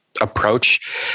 approach